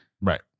Right